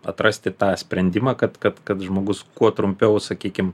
atrasti tą sprendimą kad kad kad žmogus kuo trumpiau sakykim